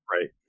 Right